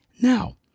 Now